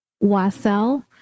Wassel